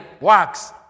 works